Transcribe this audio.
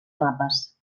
mapes